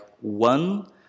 one